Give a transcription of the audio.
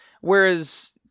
Whereas